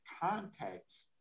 context